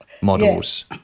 models